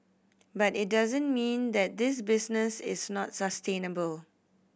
but it doesn't mean that this business is not sustainable